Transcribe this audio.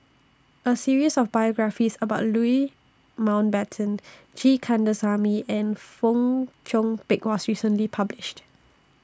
A series of biographies about Louis Mountbatten G Kandasamy and Fong Chong Pik was recently published